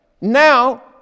Now